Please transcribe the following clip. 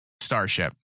Starship